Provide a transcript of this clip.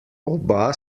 oba